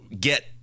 get